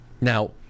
Now